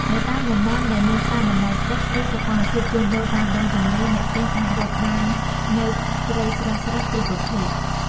នៅតាមតំបន់ដែលមានផ្សារបណ្តែតទឹក ឬសកម្មភាពជួញដូរតាមដងទន្លេ អ្នកទិញអាចរកបាននូវ ត្រីស្រស់ៗ គ្រប់ប្រភេទ។